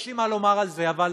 יש לי מה לומר על זה, אבל